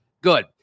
good